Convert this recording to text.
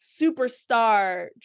superstar